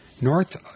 North